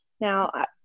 Now